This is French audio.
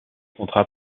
contrat